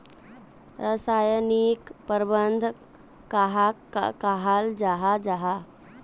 रासायनिक प्रबंधन कहाक कहाल जाहा जाहा?